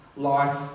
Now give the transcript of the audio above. life